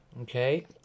Okay